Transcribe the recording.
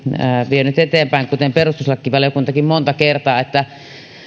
vienyt eteenpäin kuten perustuslakivaliokuntakin monta kertaa